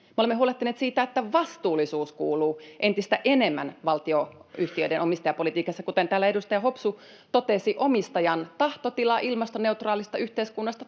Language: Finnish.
olemme huolehtineet siitä, että vastuullisuus kuuluu entistä enemmän valtionyhtiöiden omistajapolitiikassa. Kuten täällä edustaja Hopsu totesi, omistajan tahtotilan ilmastoneutraalista yhteiskunnasta